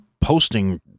posting